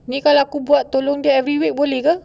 ini kalau aku buat tolong dia every week boleh ke